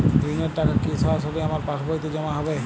ঋণের টাকা কি সরাসরি আমার পাসবইতে জমা হবে?